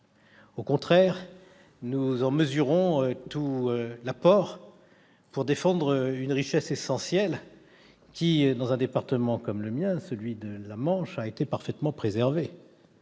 Au contraire, nous en mesurons tout l'apport pour défendre une richesse essentielle qui, dans un département comme le mien, la Manche, a été parfaitement préservée.